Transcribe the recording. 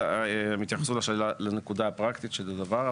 הם התייחסו לנקודה הפרקטית של הדבר,